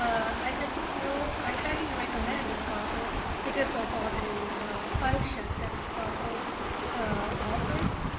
i just feel, i highly recommend the sparkle because of all the functions that sparkle offers.